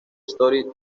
story